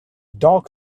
dog